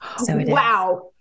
Wow